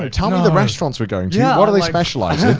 ah tell me the restaurants we're going to, yeah what do they specialize in?